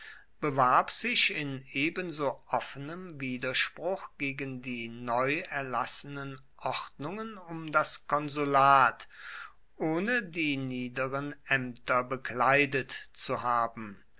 bewarb sich in ebenso offenem widerspruch gegen die neu erlassenen ordnungen um das konsulat ohne die niederen ämter bekleidet zu haben